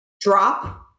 Drop